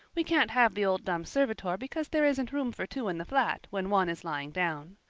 we can't have the old dumb servitor because there isn't room for two in the flat when one is lying down.